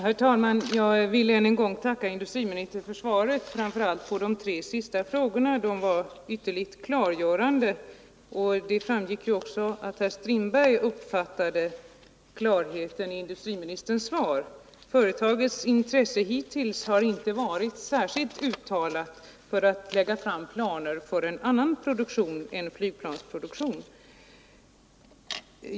Herr talman! Jag vill än en gång tacka industriministern för svaret, framför allt svaren på tre sista frågorna. De var utomordenligt klargörande. Jag hoppas att herr Strindberg uppfattade klarheten i industriministerns svar. Företagets intresse har hittills inte varit särskilt uttalat för att lägga fram planer för annan produktion än flygplanstillverkning.